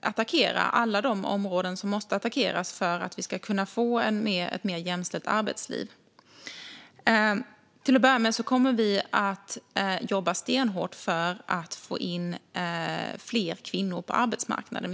attackera alla de områden som måste attackeras för att vi ska kunna få ett mer jämställt arbetsliv. Till att börja med kommer vi att jobba stenhårt för att få in fler kvinnor på arbetsmarknaden.